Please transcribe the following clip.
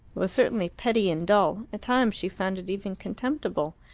was certainly petty and dull at times she found it even contemptible.